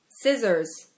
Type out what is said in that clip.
Scissors